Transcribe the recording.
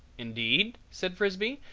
indeed? said frisbee.